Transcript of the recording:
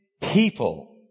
people